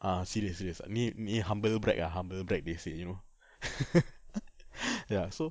ah serious serious ni ni humble brag ah humble brag they say you know ya so